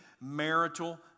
marital